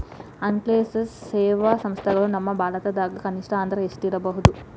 ಹಣ್ಕಾಸಿನ್ ಸೇವಾ ಸಂಸ್ಥೆಗಳು ನಮ್ಮ ಭಾರತದಾಗ ಕನಿಷ್ಠ ಅಂದ್ರ ಎಷ್ಟ್ ಇರ್ಬಹುದು?